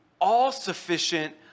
all-sufficient